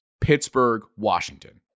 Pittsburgh-Washington